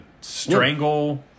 strangle